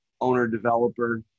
owner-developer